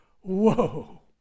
whoa